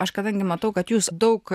aš kadangi matau kad jūs daug